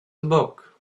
book